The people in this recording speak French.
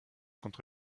contre